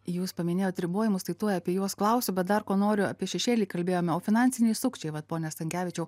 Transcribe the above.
jūs paminėjot ribojimus tai tuoj apie juos klausiu bet dar ko noriu apie šešėlį kalbėjome o finansiniai sukčiai vat pone stankevičiau